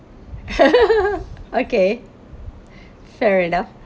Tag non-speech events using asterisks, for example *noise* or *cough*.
*laughs* okay fair enough